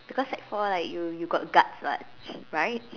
because sec four like you you got guts [what] right